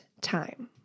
time